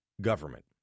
government